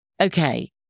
Okay